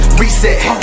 reset